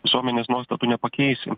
visuomenės nuostatų nepakeisim